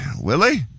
Willie